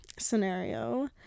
scenario